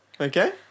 okay